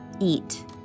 Eat